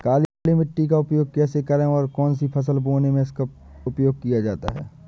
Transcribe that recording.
काली मिट्टी का उपयोग कैसे करें और कौन सी फसल बोने में इसका उपयोग किया जाता है?